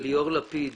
ליאור לפיד,